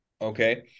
Okay